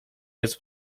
jest